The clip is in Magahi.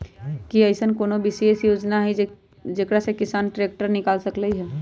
कि अईसन कोनो विशेष योजना हई जेकरा से किसान ट्रैक्टर निकाल सकलई ह?